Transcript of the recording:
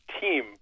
team